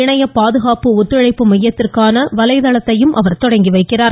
இணையப் பாதுகாப்பு ஒத்துழைப்பு மையத்திற்கான வலைதளத்தையும் அவர் தொடங்கி வைக்கிறார்